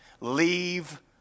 Leave